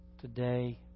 today